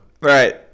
Right